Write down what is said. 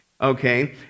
okay